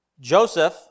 Joseph